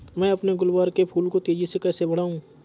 मैं अपने गुलवहार के फूल को तेजी से कैसे बढाऊं?